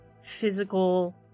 physical